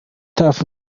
tuff